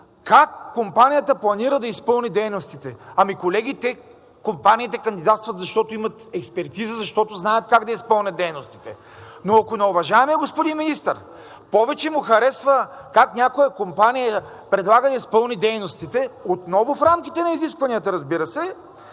как компанията планира да изпълни дейностите. Ами, колеги, те компаниите кандидатстват, защото имат експертиза, защото знаят как да изпълнят дейностите. Но ако на уважаемия господин министър повече му харесва как някоя компания предлага да изпълни дейностите, отново в рамките на изискванията, разбира се,